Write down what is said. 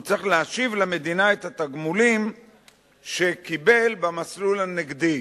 הוא צריך להשיב למדינה את התגמולים שקיבל במסלול הנגדי.